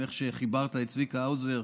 שחיברת את צביקה האוזר,